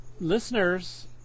listeners